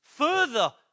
further